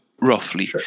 roughly